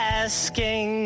asking